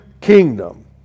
kingdom